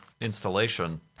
installation